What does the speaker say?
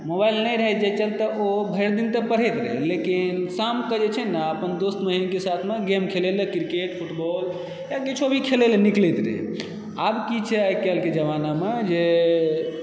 mobile नहि रहय जाहि चलते ओ भरि दिन तऽ पढ़ैत रहै लेकिन शामकऽ जे छै न अपन दोस्त महीमके साथमे गेम खेलयलऽ क्रिकेट फुटबॉल या किछु भी खेलयलऽ निकलैत रहै आब की छै आइकाल्हिके जमानामे जे